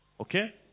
Okay